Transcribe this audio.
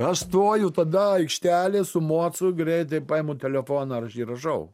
aš stoju tada aikštelėj su mocu greitai paimu telefoną ir aš įrašau